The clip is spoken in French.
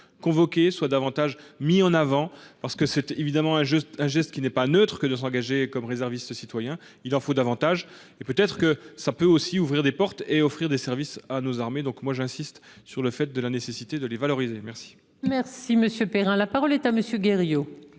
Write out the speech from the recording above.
soit davantage mis en avant parce que c'était évidemment un geste, un geste qui n'est pas neutre que de s'engager comme réserviste citoyen il en faut davantage et peut être que ça peut aussi ouvrir des portes et offrir des services à nos armées, donc moi j'insiste sur le fait de la nécessité de les valoriser. Merci. Merci monsieur Perrin. La parole est à monsieur